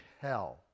hell